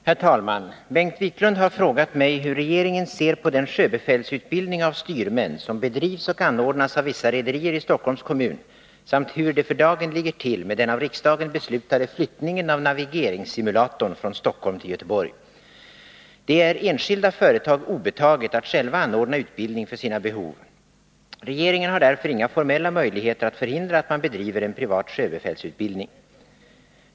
Herr talman! Bengt Wiklund har frågat mig hur regeringen ser på den sjöbefälsutbildning av styrmän som bedrivs och anordnas av vissa rederier i Stockholms kommun samt hur det för dagen ligger till med den av riksdagen beslutade flyttningen av navigeringssimulatorn från Stockholm till Göteborg. Det är enskilda företag obetaget att själva anordna utbildning för sina behov. Regeringen har därför inga formella möjligheter att förhindra att man bedriver en privat sjöbefälsutbildning.